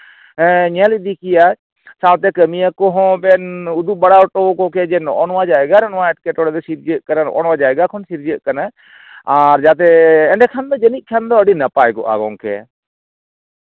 ᱧᱮᱞ ᱤᱫᱤ ᱠᱮᱭᱟ ᱥᱟᱶᱛᱮ ᱠᱟᱹᱢᱭᱟᱹ ᱠᱚᱦᱚᱸ ᱵᱮᱱ ᱩᱡᱩᱜ ᱵᱟᱲᱟ ᱦᱚᱴᱚᱣᱟᱠᱚ ᱠᱮᱭᱟ ᱡᱮ ᱱᱚᱜᱼᱚ ᱱᱚᱣᱟ ᱡᱟ ᱜᱟ ᱨᱮ ᱱᱚᱣᱟ ᱮᱴᱠᱮᱴᱚᱬᱮ ᱫᱚ ᱥᱤᱨᱡᱟᱹᱜ ᱠᱟᱱᱟ ᱱᱚᱣᱟ ᱡᱟᱭᱜᱟ ᱠᱷᱚᱱ ᱥᱤᱨᱡᱟᱹᱜ ᱠᱟᱱᱟ ᱟᱨ ᱡᱟᱛᱮ ᱮᱸᱰᱮ ᱠᱷᱟᱱ ᱫᱚ ᱡᱟᱹᱢᱤᱡ ᱠᱷᱟᱱ ᱫᱚ ᱡᱟᱹᱱᱤᱡ ᱠᱷᱟᱱ ᱫᱚ ᱟᱹᱰᱤ ᱱᱟᱯᱟᱭ ᱠᱚᱜᱼᱟ ᱜᱚᱝᱠᱮ